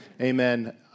Amen